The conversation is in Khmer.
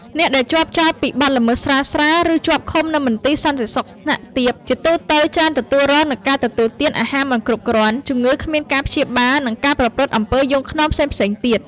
អ្នកដែលជាប់ចោទពីបទល្មើសស្រាលៗ ឬជាប់ឃុំនៅមន្ទីរសន្តិសុខថ្នាក់ទាប ជាទូទៅច្រើនទទួលរងនូវការទទួលទាន អាហារមិនគ្រប់គ្រាន់ ជំងឺគ្មានការព្យាបាល និងការប្រព្រឹត្តអំពើយង់ឃ្នងផ្សេងៗ ទៀត ។